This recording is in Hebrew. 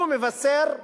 הוא מבשר לנו,